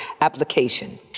application